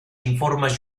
informes